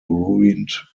ruined